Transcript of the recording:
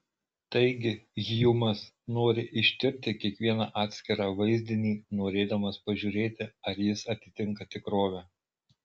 taigi hjumas nori ištirti kiekvieną atskirą vaizdinį norėdamas pažiūrėti ar jis atitinka tikrovę